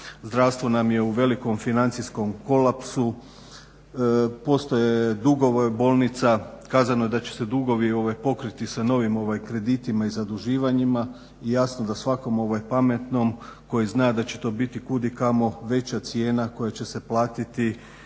zdravstvo nam je u velikom financijskom kolapsu, postoje dugovi bolnica. Kazano je da će se dugovi pokriti sa novim kreditima i zaduživanjima, jasno da svakom pametnom koji zna da će to biti kudikamo veća cijena koja će se platiti